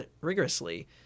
rigorously